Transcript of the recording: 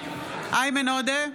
איימן עודה,